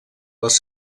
les